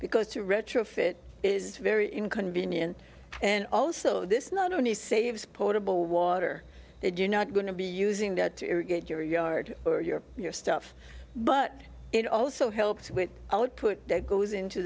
because to retrofit is very inconvenient and also this not only saves potable water they do not going to be using that to irrigate your yard or your your stuff but it also helps with output that goes into